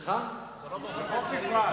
זה חוק נפרד.